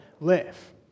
live